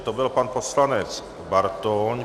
To byl pan poslanec Bartoň.